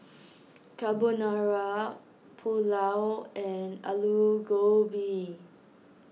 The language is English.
Carbonara Pulao and Alu Gobi